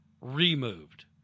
removed